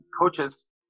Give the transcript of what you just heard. coaches